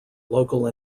local